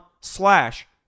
slash